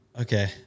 okay